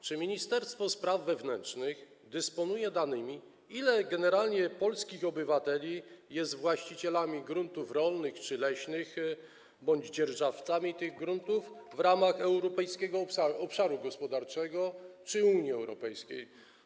Czy ministerstwo spraw wewnętrznych dysponuje danymi, ilu generalnie polskich obywateli jest właścicielami gruntów rolnych czy leśnych bądź dzierżawcami tych gruntów w ramach Europejskiego Obszaru Gospodarczego czy Unii Europejskiej?